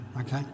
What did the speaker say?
okay